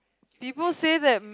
people say that